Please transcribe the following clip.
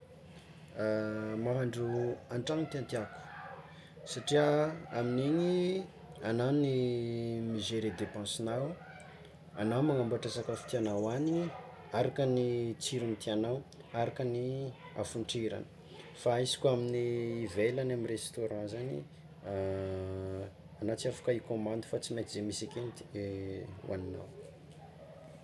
Mahandro an-tragno tiàtiako satria amin'igny anao ny migere depensinao, anao magnamboatra sakafo tiànao hoagniny araka ny tsirony tiànao, araka ny hafontrirany, fa izy koa amin'ny ivelany amy restaurant zany, ana tsy afaka hikômandy fa tsy maintsy ze misy akeo ny ti- hoaninao.